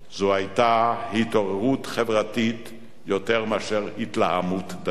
זו היתה התעוררות חברתית יותר מאשר התלהמות דתית.